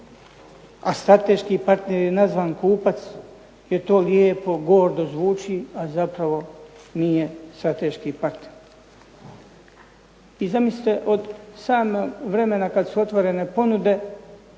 a strateški partner je nazvan kupac jer to lijepo gordo zvuči, a zapravo nije strateški partner. I zamislite, od samog vremena kada su prikupljene ponude,